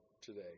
today